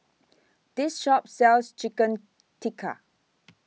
This Shop sells Chicken Tikka